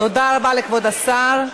תודה רבה לכבוד השר.